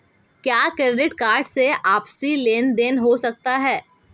क्या credit card से आपसी लेनदेन हो सकता है?